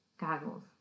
Goggles